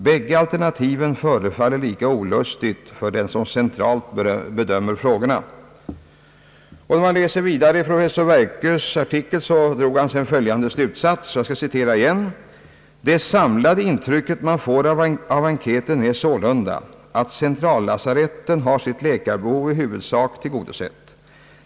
Bägge alternativen förefaller lika olustiga för den som centralt bedömer frågorna.» I sin artikel drog professor Werkö följande slutsats: »Det samlade intrycket man får av enkäten är sålunda, att centrallasaretten har sitt läkarbehov i huvudsak tillgodosett.